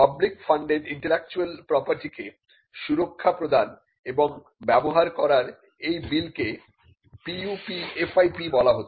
public funded intellectual property কে সুরক্ষা প্রদান এবং ব্যবহার করার এই বিলকে PUPFIP বলা হত